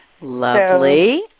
Lovely